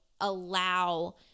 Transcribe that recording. allow